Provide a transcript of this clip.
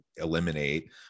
eliminate